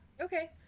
Okay